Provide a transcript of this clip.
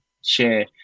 share